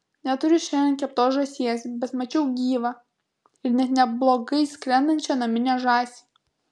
neturiu šiandien keptos žąsies bet mačiau gyvą ir net neblogai skrendančią naminę žąsį